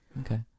Okay